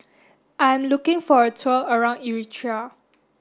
I'm looking for a tour around Eritrea